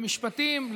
למשפטים,